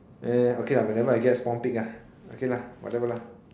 uh okay whenever I get a spawn pick ah okay lah whatever lah